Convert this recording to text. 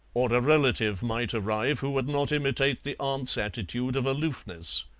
or a relative might arrive who would not imitate the aunt's attitude of aloofness.